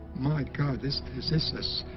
my god this is ss